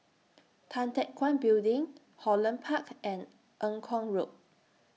Tan Teck Guan Building Holland Park and Eng Kong Road